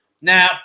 now